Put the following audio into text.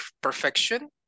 perfection